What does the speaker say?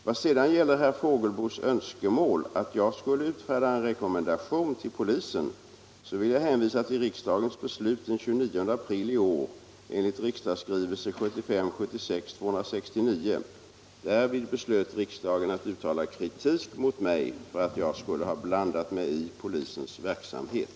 Vad sedan gäller herr Fågelsbos önskemål att jag skulle utfärda en rekommendation till polisen vill jag hänvisa till riksdagens beslut den 29 april i år, enligt riksdagsskrivelsen 1975/76:269. Härvid beslöt riksdagen att uttala kritik mot mig för att jag skulle ha blandat mig i polisens verksamhet.